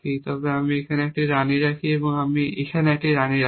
এবং আমি এখানে রানী রাখি এবং আমি এখানে রানী রাখি